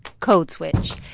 code switch.